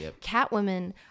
Catwoman